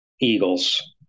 Eagles